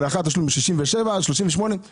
ל-67,000 ול-38,000 שקל.